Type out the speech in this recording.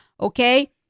okay